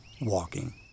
WALKING